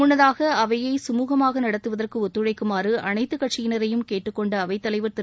முள்ளதாக அவையை கமுகமாக நடத்துவதற்கு ஒத்துழைக்குமாறு அனைத்துக் கட்சியினரையும் கேட்டுக்கொண்ட அவைத் தலைவர் திரு